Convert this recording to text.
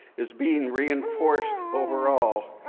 is being reinforced overall